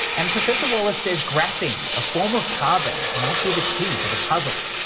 and professor wallace says graphene, a form of carbon, might be the key to the puzzle.